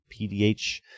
PDH